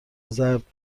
زرد